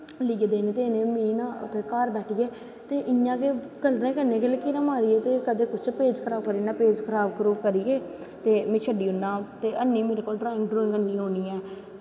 लेईयै देनें मिगी ना घर बैठियै ते इयां गै कल्लरै कन्नै गै लकीरां मारियै ते कदैं कुश पेज़ खराब करी ओड़नां ते पेज़ खराब खरूब करियै ते में शड्डी ओड़नां ते ते ड्राईंग मेरे कोला दा अनी होनी ऐ